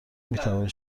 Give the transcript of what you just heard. میتوانید